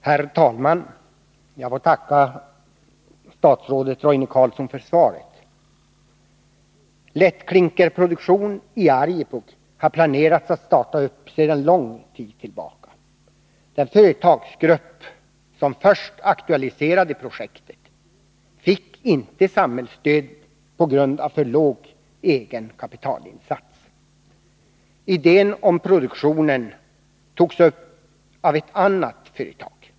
Herr talman! Jag får tacka statsrådet Roine Carlsson för svaret. Lättklinkerproduktion i Arjeplog har man planerat att starta sedan lång tid tillbaka. Den företagsgrupp som först aktualiserade projektet fick på grund av för låg egen betalningsinsats inte samhällsstöd. Idén om produktionen togs upp av ett annat företag.